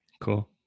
Cool